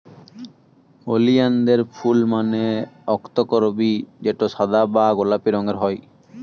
ওলিয়ানদের ফুল মানে অক্তকরবী যেটো সাদা বা গোলাপি রঙের হই